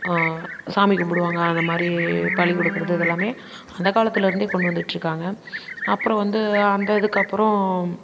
சாமி கும்பிடுவாங்க அதை மாதிரி பலி கொடுக்குறது இதெல்லாமே அந்த காலத்துலேருந்தே கொண்டு வந்துக்கிட்டு இருக்காங்க அப்புறம் வந்து அந்த இதுக்கப்புறம்